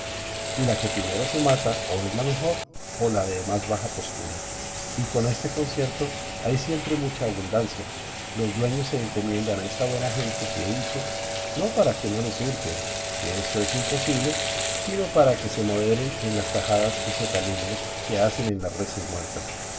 y la que primero se mata o es la mejor o la de más baja postura y con este concierto hay siempre mucha abundancia los dueños se encomiendan a esta buena gente que he dicho no para que no les hurten que esto es imposible sino para que se moderen en las tajadas y socaliñas que hacen en las reses muertas